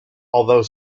although